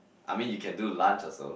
I mean you can do lunch also